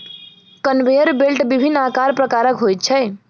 conveyor belt विभिन्न आकार प्रकारक होइत छै